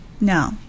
no